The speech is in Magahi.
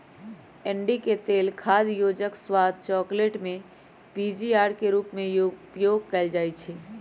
अंडिके तेल खाद्य योजक, स्वाद, चकलेट में पीजीपीआर के रूप में उपयोग कएल जाइछइ